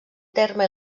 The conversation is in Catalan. terme